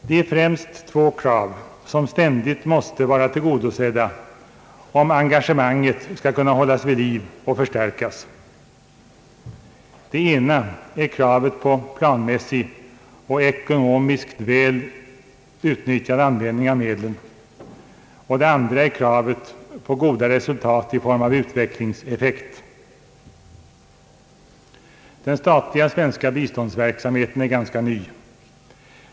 Det är främst två krav som ständigt måste vara tillgodosedda om engagemanget skall kunna hållas vid liv och förstärkas. Det ena gäller planmässig och ekonomiskt väl motiverad användning av medlen, det andra gäller goda resultat i form av utvecklingseffekt. Den statliga svenska biståndsverksamheten är ganska ny.